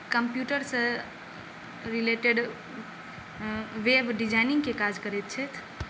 computer से related web डिजाइनिंगके काज करै छथि